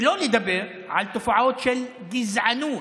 שלא לדבר על תופעות של גזענות